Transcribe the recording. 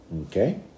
Okay